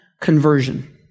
Conversion